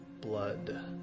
blood